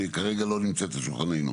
שהיא כרגע לא נמצאת על שולחננו.